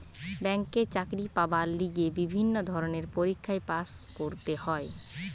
ব্যাংকে চাকরি পাবার লিগে বিভিন্ন ধরণের পরীক্ষায় পাস্ করতে হয়